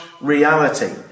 reality